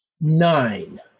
Nine